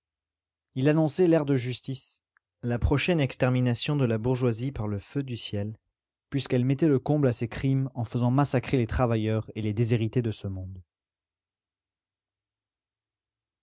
il annonçait l'ère de justice la prochaine extermination de la bourgeoisie par le feu du ciel puisqu'elle mettait le comble à ses crimes en faisant massacrer les travailleurs et les déshérités de ce monde